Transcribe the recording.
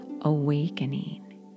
awakening